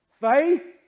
faith